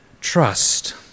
trust